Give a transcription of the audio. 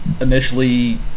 initially